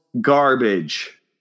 garbage